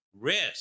Risk